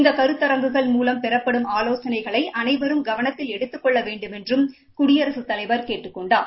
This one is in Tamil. இந்த கருத்தரங்குகள் மூலம் பெறப்படும் ஆலோசனைகளை அனைவரும் கவனத்தில் எடுததுக் கொள்ள வேண்டுமென்றும் குடியரசுத் தலைவர் கேட்டுக் கொண்டார்